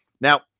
Now